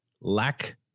lack